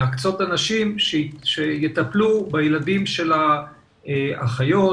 להקצות אנשים שיטפלו בילדים של האחיות,